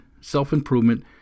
self-improvement